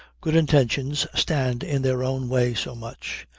good intentions stand in their own way so much.